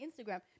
Instagram